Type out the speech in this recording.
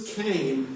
came